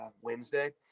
wednesday